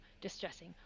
distressing